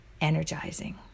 energizing